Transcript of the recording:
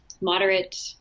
moderate